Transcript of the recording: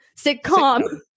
sitcom